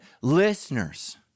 listeners